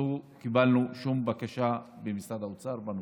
לא קיבלנו שום בקשה במשרד האוצר בנושא.